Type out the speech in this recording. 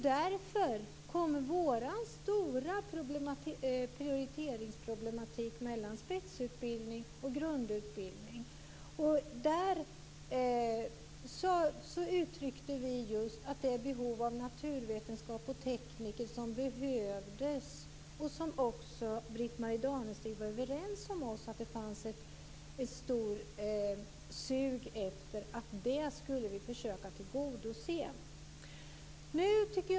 Där kommer vårt stora prioriteringsproblem mellan spetsutbildning och grundutbildning in. Vi uttryckte ett behov av naturvetenskap och teknik. Britt-Marie Danestig var överens med oss om ett stort sug att försöka tillgodose de områdena.